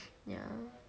yeah